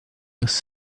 this